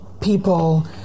people